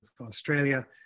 Australia